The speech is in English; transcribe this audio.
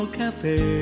cafe